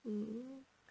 mm